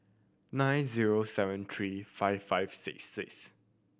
nine zero seven three five five six six